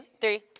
three